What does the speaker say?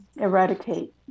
eradicate